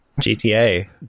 GTA